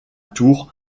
tour